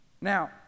Now